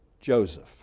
Joseph